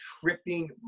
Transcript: tripping